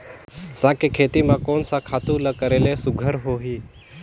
साग के खेती म कोन स खातु ल करेले सुघ्घर होही?